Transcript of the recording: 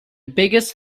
biggest